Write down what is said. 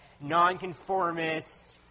nonconformist